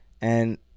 and-